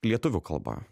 lietuvių kalba